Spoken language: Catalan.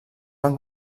van